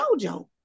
Jojo